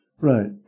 Right